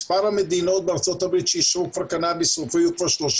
מספר המדינות בארצות-הברית שאישרו כבר קנאביס הוא כבר 36